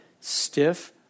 stiff